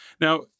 Now